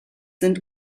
sind